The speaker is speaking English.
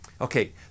Okay